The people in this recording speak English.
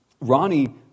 Ronnie